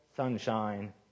Sunshine